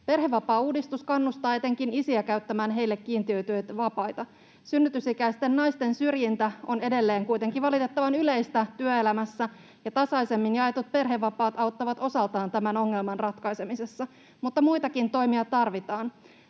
Perhevapaauudistus kannustaa etenkin isiä käyttämään heille kiintiöityjä vapaita. Synnytysikäisten naisten syrjintä on edelleen kuitenkin valitettavan yleistä työelämässä, ja tasaisemmin jaetut perhevapaat auttavat osaltaan tämän ongelman ratkaisemisessa, mutta muitakin toimia tarvitaan.